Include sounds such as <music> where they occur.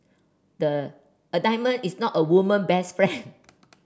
the a diamond is not a woman best friend <noise> <noise>